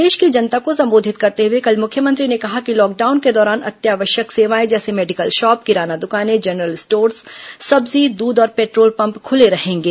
प्रदेश की जनता को संबोधित करते हुए कल मुख्यमंत्री ने कहा कि लॉकडाउन के दौरान अत्यावश्यक सेवाएं जैसे मेडिकल शॉप किराना दुकानें जनरल स्टोर्स सब्जी दूध और पेट्रोल पम्प खुले रहेंगे